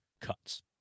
cuts